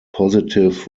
positive